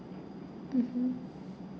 mmhmm